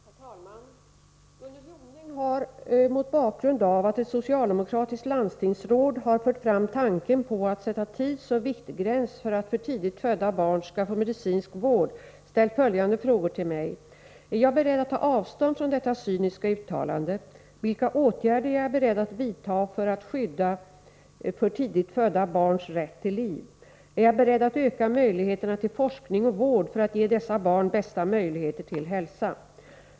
Herr talman! Gunnel Jonäng har, mot bakgrund av att ett socialdemokra 59 tiskt landstingsråd har fört fram tanken på att sätta tidsoch viktgräns för att för tidigt födda barn skall få medicinsk vård, ställt följande frågor till mig: Är jag beredd att ta avstånd från detta cyniska uttalande? Är jag beredd att öka möjligheterna till forskning och vård för att ge dessa barn bästa möjligheter till hälsa?